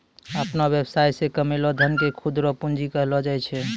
अपनो वेवसाय से कमैलो धन के खुद रो पूंजी कहलो जाय छै